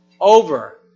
Over